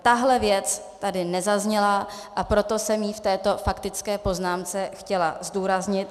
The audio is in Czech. Tahle věc tady nezazněla, a proto jsem ji v této faktické poznámce chtěla zdůraznit.